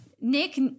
Nick